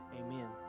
amen